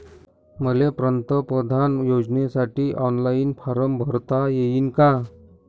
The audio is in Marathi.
मले पंतप्रधान योजनेसाठी ऑनलाईन फारम भरता येईन का?